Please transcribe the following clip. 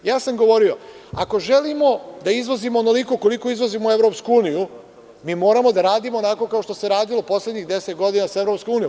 Govorio sam ako želimo da izvozimo onoliko koliko izvozimo u EU, mi moramo da radimo onako kao što se radilo poslednjih 10 godina sa EU.